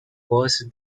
worse